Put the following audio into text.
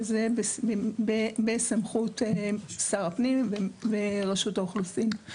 שזה בסמכות שר הפנים ורשות האוכלוסין.